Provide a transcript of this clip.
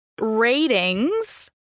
ratings